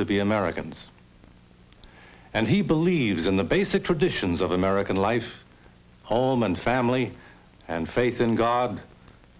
to be americans and he believes in the basic traditions of america life home and family and faith in god